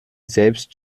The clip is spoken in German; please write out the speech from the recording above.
selbst